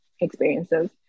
experiences